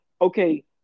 okay